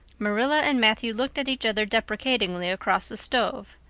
marilla and matthew looked at each other deprecatingly across the stove.